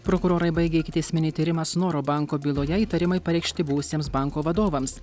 prokurorai baigė ikiteisminį tyrimą snoro banko byloje įtarimai pareikšti buvusiems banko vadovams